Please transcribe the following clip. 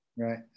Right